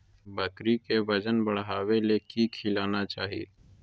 बकरी के वजन बढ़ावे ले की खिलाना चाही?